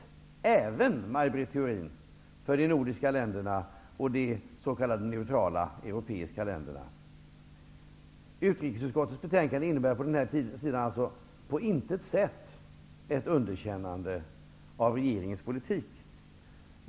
Detta gäller även, Maj Britt Theorin, för de nordiska länderna och de s.k. neutrala europeiska länderna. Utrikesutskottets betänkande innebär i detta avseende på intet sätt något underkännande av regeringens politik.